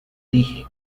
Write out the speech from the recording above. dije